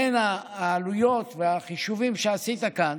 העלויות והחישובים שעשית כאן